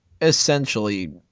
essentially